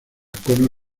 cono